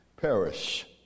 perish